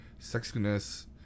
sexiness